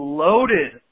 loaded